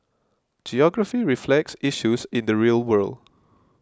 geography reflects issues in the real world